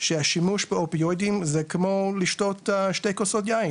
שהשימוש באופיאודים זה כמו לשתות שתי כוסות יין,